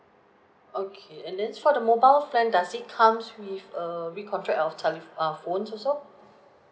okay and then s~ for the mobile plan does it comes with a re-contract of tele~ uh phones also